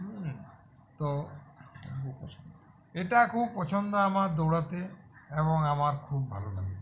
হুম তো এটা খুব পছন্দ আমার দৌড়াতে এবং আমার খুব ভালো লাগে